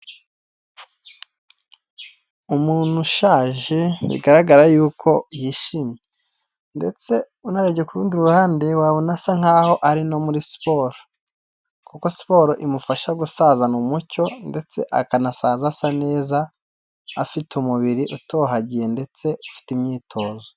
Umuntu ushaje bigaragara y'uko yishimye ndetse unarebye ku rundi ruhande, wabona asa nk'aho ari no muri siporo. Kuko siporo imufasha gusazana umucyo ndetse akanasaza asa neza ,afite umubiri utohagiye ndetse ufite imyitozo.